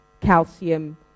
calcium